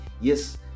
Yes